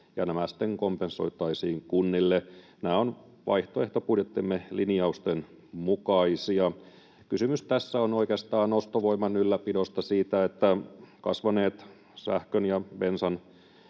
ja nämä sitten kompensoitaisiin kunnille. Nämä ovat vaihtoehtobudjettimme linjausten mukaisia. Kysymys tässä on oikeastaan ostovoiman ylläpidosta, siitä, että kasvaneet sähkön ja bensan